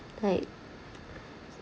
like